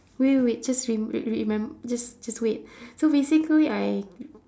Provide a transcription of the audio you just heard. wait wait wait just rem~ re~ remem~ just just wait so basically I